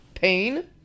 Pain